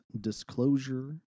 disclosure